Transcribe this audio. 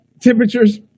temperatures